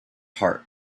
heart